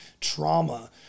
trauma